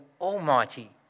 Almighty